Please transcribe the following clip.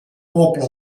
pobla